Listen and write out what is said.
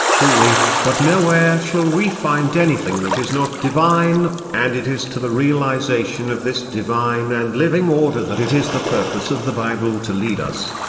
truly, but nowhere shall we find anything that is not divine and it is to the realisation of this divine and living order that it is the purpose of the bible to lead us.